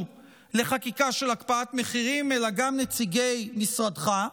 לחקיקה של הקפאת מחירים אלא גם נציגי משרדך,